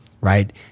right